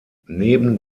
neben